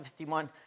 51